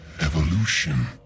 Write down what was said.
evolution